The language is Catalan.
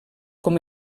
com